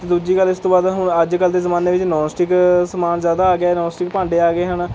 ਅਤੇ ਦੂਜੀ ਗੱਲ ਇਸ ਤੋਂ ਬਾਅਦ ਹੁਣ ਅੱਜ ਕੱਲ੍ਹ ਦੇ ਜ਼ਮਾਨੇ ਵਿੱਚ ਨੋਨ ਸਟਿਕ ਸਮਾਨ ਜ਼ਿਆਦਾ ਆ ਗਿਆ ਹੈ ਨੋਨ ਸਟਿਕ ਭਾਂਡੇ ਆ ਗਏ ਹਨ